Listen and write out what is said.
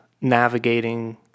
navigating